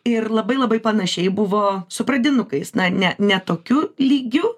ir labai labai panašiai buvo su pradinukais na ne ne tokiu lygiu